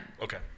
Okay